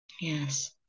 Yes